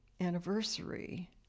anniversary